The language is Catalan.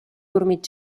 dormit